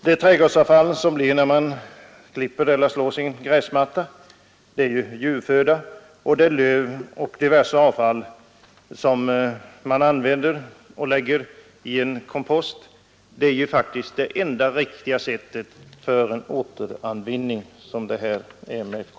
Det trädgårdsavfall som uppkommer när man klipper eller slår sin trädgård användes som djurföda, och för löv och diverse avfall är en väl lagd kompost det enda riktiga sättet för återvinning.